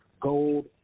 gold